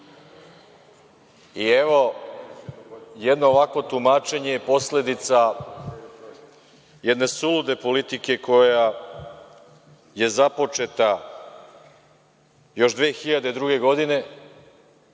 I, evo, jedno ovakvo tumačenje je posledica jedne sulude politike koja je započeta još 2002. godine,